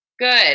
Good